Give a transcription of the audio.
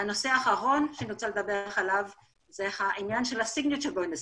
לגבי העניין של signature bonuses,